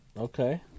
Okay